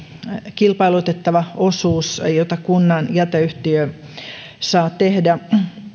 kilpailutettava osuus jota kunnan jäteyhtiö saa tehdä